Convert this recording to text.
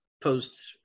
post